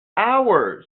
hours